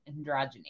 Androgyny